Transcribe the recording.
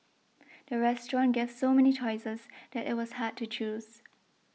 the restaurant gave so many choices that it was hard to choose